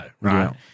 Right